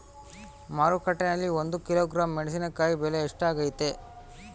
ಮಾರುಕಟ್ಟೆನಲ್ಲಿ ಒಂದು ಕಿಲೋಗ್ರಾಂ ಮೆಣಸಿನಕಾಯಿ ಬೆಲೆ ಎಷ್ಟಾಗೈತೆ?